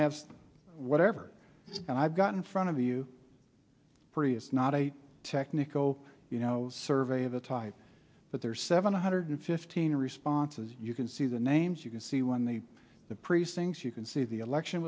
have whatever and i've got in front of you prius not a technical you know survey of the type but there are seven hundred fifteen responses you can see the names you can see when they the precincts you can see the election